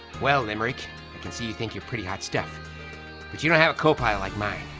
well limerick, i can see you think you're pretty hot stuff, but you don't have a co-pilot like mine.